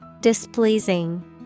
Displeasing